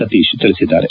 ಸತೀಶ್ ತಿಳಿಸಿದ್ದಾರೆ